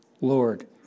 Lord